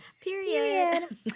Period